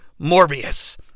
Morbius